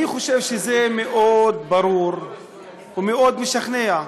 אני חושב שזה מאוד ברור ומאוד משכנע.